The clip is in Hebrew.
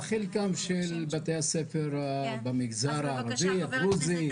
מה חלקם של בתי הספר במגזר הערבי, הדרוזי?